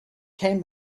came